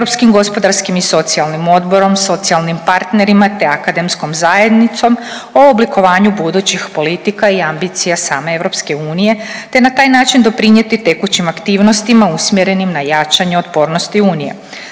gospodarskim i socijalnim odborom, socijalnim partnerima te akademskom zajednicom o oblikovanju budućih politika i ambicija same EU te na taj način doprinijeti tekućim aktivnostima usmjerenim na jačanje otpornosti Unije.